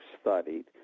studied